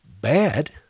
bad